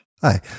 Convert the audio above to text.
Hi